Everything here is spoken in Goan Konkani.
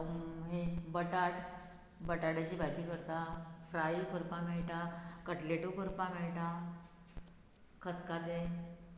हें बटाट बटाटाची भाजी करता फ्राय करपाक मेळटा कटलेटूय करपाक मेळटा खतखतें